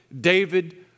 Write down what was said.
David